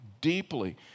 deeply